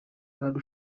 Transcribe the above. kandi